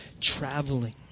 traveling